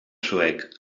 suec